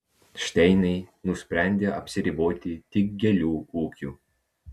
šteiniai nusprendė apsiriboti tik gėlių ūkiu